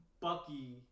Bucky